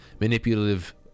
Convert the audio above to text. manipulative